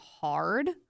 hard